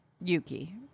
Yuki